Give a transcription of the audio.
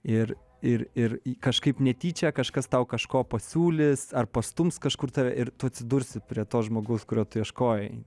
ir ir ir į kažkaip netyčia kažkas tau kažko pasiūlys ar pastums kažkur tave ir tu atsidursi prie to žmogaus kurio tu ieškojai